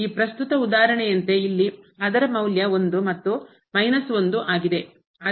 ಈ ಪ್ರಸ್ತುತ ಉದಾಹರಣೆಯಂತೆ ಇಲ್ಲಿ ಅದರ ಮೌಲ್ಯ 1 ಮತ್ತು 1 ಆಗಿದೆ